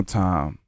time